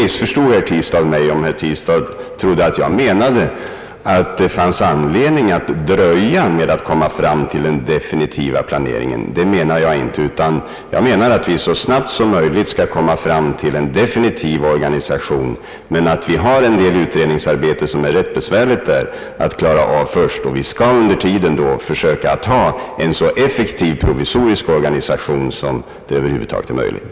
Herr Tistad missförstod mig om herr Tistad trodde att jag menade att det fanns anledning att dröja med att komma fram till en definitiv planering. Det menade jag inte, utan jag menar att vi så snabbt som möjligt bör komma fram till en definitiv organisation. Vi har emellertid en del utredningsarbete som är rätt besvärligt att klara av först, och vi skall under tiden försöka skaffa en så effektiv provisorisk organisation som det över huvud taget är möjligt.